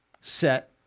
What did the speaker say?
set